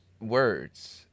words